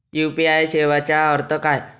UPI सेवेचा अर्थ काय?